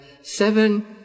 seven